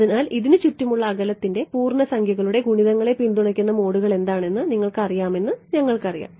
അതിനാൽ ഇതിന് ചുറ്റുമുള്ള അകലത്തിന്റെ പൂർണ്ണസംഖ്യകളുടെ ഗുണിതങ്ങളെ പിന്തുണയ്ക്കുന്ന മോഡുകൾ എന്താണെന്ന് നിങ്ങൾക്ക് അറിയാമെന്ന് ഞങ്ങൾക്കറിയാം